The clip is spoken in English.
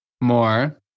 More